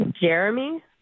Jeremy